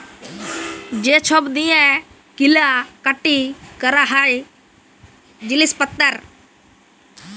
যে ছব দিঁয়ে কিলা কাটি ক্যরা হ্যয় জিলিস পত্তর